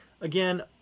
again